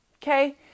Okay